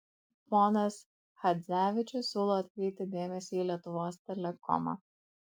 ponas chadzevičius siūlo atkreipti dėmesį į lietuvos telekomą